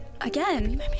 Again